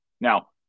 Now